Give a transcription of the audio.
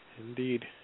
Indeed